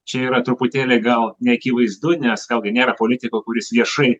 čia yra truputėlį gal neakivaizdu nes vėl gi nėra politiko kuris viešai